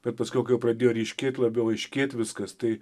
bet paskiau kai jau pradėjo ryškėt labiau aiškėt viskas tai